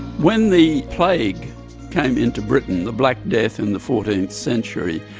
when the plague came into britain, the black death in the fourteenth century,